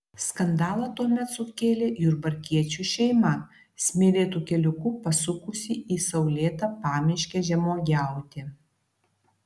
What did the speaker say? skandalą tuomet sukėlė jurbarkiečių šeima smėlėtu keliuku pasukusi į saulėtą pamiškę žemuogiauti